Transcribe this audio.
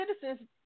citizens